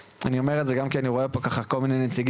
אני אומר את זה גם כי אני רואה פה כל מיני נציגים